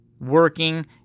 working